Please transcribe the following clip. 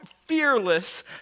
fearless